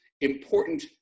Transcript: important